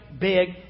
big